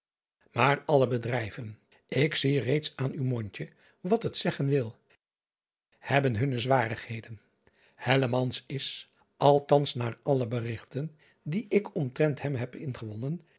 maar alle bedrijven ik zie reeds aan uw mondje wat het zeggen wil hebben hunne zwarigheden is althans naar driaan oosjes zn et leven van illegonda uisman alle berigten die ik omtrent hem heb ingewonnen